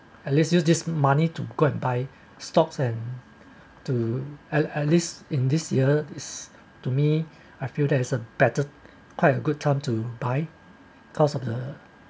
at least use this money to go and buy stocks and to at at least in in this year is to me I feel that it's a better quite a good time to buy because of the